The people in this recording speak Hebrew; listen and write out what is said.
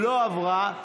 לא עברה.